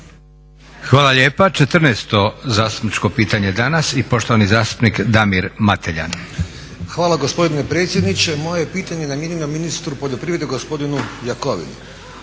Hvala lijepa. 14. zastupničko pitanje danas i poštovani zastupnik Damir Mateljan. **Mateljan, Damir (SDP)** Hvala gospodine predsjedniče. Moje pitanje je namijenjeno ministru poljoprivrede gospodinu Jakovini.